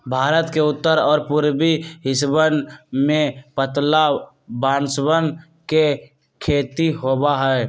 भारत के उत्तर और पूर्वी हिस्सवन में पतला बांसवन के खेती होबा हई